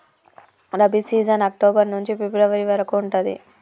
rabi season October నుంచి ఫిబ్రవరి వరకు ఉంటది